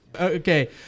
Okay